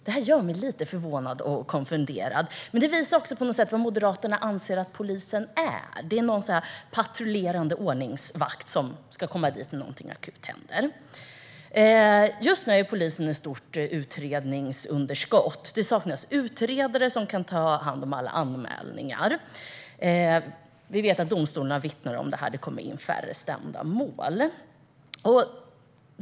Detta gör mig lite förvånad och konfunderad, men det visar också vad Moderaterna anser att polisen är: en patrullerande ordningsvakt som ska komma när något akut händer. Just nu har polisen ett stort utredningsunderskott. Det saknas utredare som kan ta hand om alla anmälningar. Vi vet att domstolarna vittnar om detta; det kommer in färre mål.